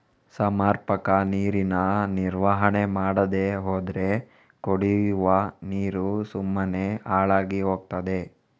ಸಮರ್ಪಕ ನೀರಿನ ನಿರ್ವಹಣೆ ಮಾಡದೇ ಹೋದ್ರೆ ಕುಡಿವ ನೀರು ಸುಮ್ಮನೆ ಹಾಳಾಗಿ ಹೋಗ್ತದೆ